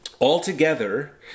Altogether